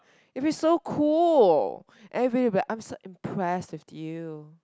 it will be so cool and everybody I'm so impressed with you